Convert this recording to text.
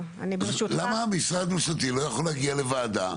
למה משרד ממשלתי לא יכול להגיע לוועדה,